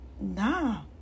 nah